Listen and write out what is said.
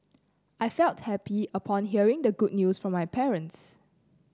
I felt happy upon hearing the good news from my parents